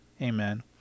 Amen